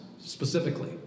specifically